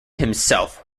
himself